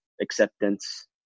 acceptance